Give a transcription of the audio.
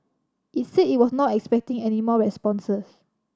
it said it was not expecting any more responses